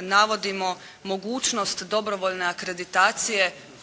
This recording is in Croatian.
navodimo mogućnost dobrovoljne akreditacije